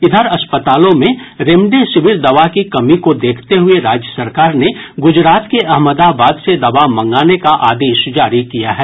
इधर अस्पतालों में रेमडेसिविर दवा की कमी को देखते हुए राज्य सरकार ने गुजरात के अहमदाबाद से दवा मंगाने का आदेश जारी किया है